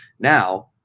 Now